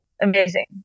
Amazing